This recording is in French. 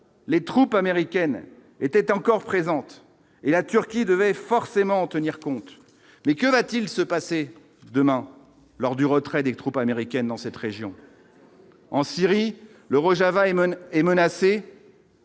les troupes américaines étaient encore présentes et la Turquie devait forcément en tenir compte mais que va-t-il se passer demain lors du retrait des troupes américaines dans cette région en Syrie l'Euro Java et non